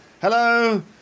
hello